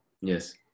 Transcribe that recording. Yes